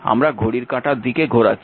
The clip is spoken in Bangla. আমরা ঘড়ির কাঁটার দিকে ঘোরাচ্ছি